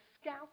scout